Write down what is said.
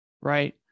right